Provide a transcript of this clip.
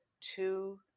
two